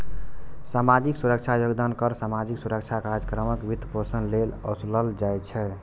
सामाजिक सुरक्षा योगदान कर सामाजिक सुरक्षा कार्यक्रमक वित्तपोषण लेल ओसूलल जाइ छै